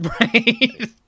right